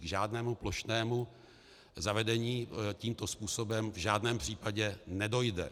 K žádnému plošnému zavedení tímto způsobem v žádném případě nedojde.